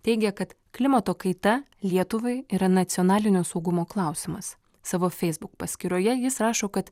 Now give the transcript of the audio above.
teigia kad klimato kaita lietuvai yra nacionalinio saugumo klausimas savo facebook paskyroje jis rašo kad